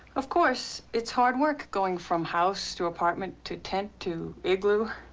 of course, it's hard work going from house to apartment to tent to igloo,